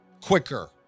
Quicker